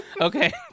Okay